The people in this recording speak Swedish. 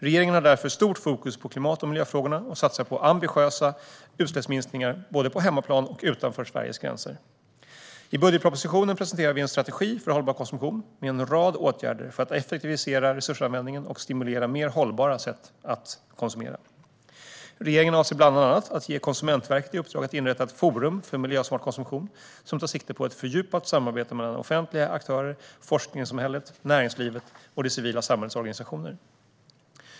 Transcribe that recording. Regeringen har därför stort fokus på klimat och miljöfrågorna och satsar på ambitiösa utsläppsminskningar både på hemmaplan och utanför Sveriges gränser. I budgetpropositionen presenterar vi en strategi för hållbar konsumtion med en rad åtgärder för att effektivisera resursanvändningen och stimulera mer hållbara sätt att konsumera. Regeringen avser bland annat att ge Konsumentverket i uppdrag att inrätta ett forum för miljösmart konsumtion som tar sikte på ett fördjupat samarbete mellan offentliga aktörer, forskarsamhället, näringslivet och det civila samhällets organisationer.